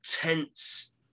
tense